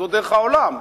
זו דרך העולם.